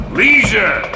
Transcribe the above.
leisure